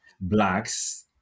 Blacks